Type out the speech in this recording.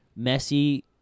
Messi